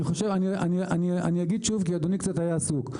אני אגיד שוב כי אדוני קצת היה עסוק.